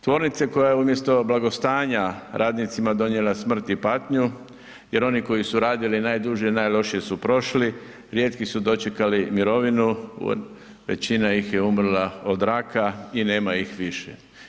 Tvornice koja je umjesto blagostanja radnicima donijela smrt i patnju jer oni koji su radili najduže, najlošije su prošli, rijetki su dočekali mirovinu, većina ih umrla od raka i nema ih više.